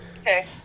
Okay